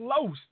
close